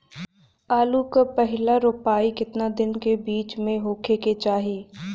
आलू क पहिला रोपाई केतना दिन के बिच में होखे के चाही?